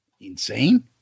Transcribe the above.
Insane